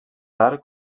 tard